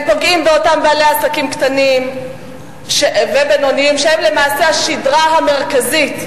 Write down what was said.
הם פוגעים באותם בעלי עסקים קטנים ובינוניים שהם למעשה השדרה המרכזית,